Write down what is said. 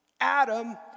Adam